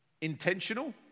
intentional